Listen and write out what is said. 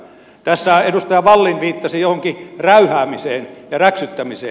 tässä edustaja wallin viittasi johonkin räyhäämiseen ja räksyttämiseen